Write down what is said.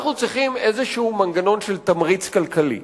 אנחנו צריכים איזשהו מנגנון של תמריץ כלכלי.